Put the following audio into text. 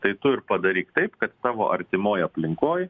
tai tu ir padaryk taip kad tavo artimoj aplinkoj